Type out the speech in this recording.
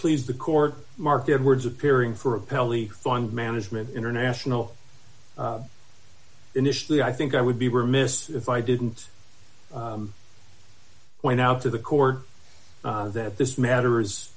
please the court mark edwards appearing for apparently fund management international initially i think i would be remiss if i didn't went out to the court that this matters